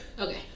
Okay